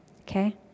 Okay